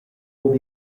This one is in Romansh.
buca